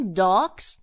dogs